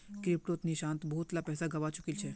क्रिप्टोत निशांत बहुत पैसा गवा चुकील छ